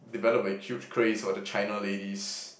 develop a huge craze for the China ladies